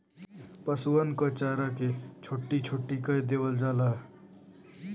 पसुअन क चारा के छोट्टी छोट्टी कै देवल जाला